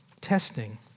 testing